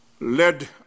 led